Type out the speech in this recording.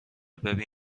ببین